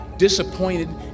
disappointed